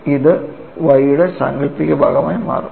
ഇത് Y യുടെ സാങ്കൽപ്പിക ഭാഗമായി മാറും